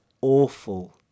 awful